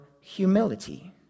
humility